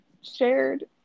shared